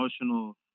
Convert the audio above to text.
emotional